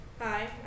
Hi